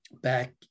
back